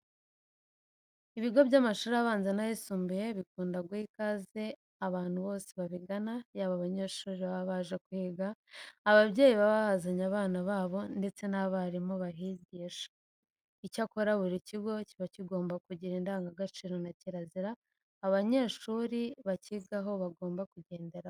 Ibigo by'amashuri abanza n'ayisumbuye bikunda guha ikaze abantu bose babigana yaba abanyeshuri baba baje kuhiga, ababyeyi baba bahazanye abana babo ndetse n'abarimu bahigisha. Icyakora buri kigo kiba kigomba kugira indangagaciro na kirazira abanyeshuri bakigaho bagomba kugenderaho.